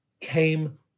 came